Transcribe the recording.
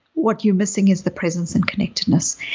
what you're missing is the presence and connectedness.